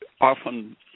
often